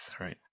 Right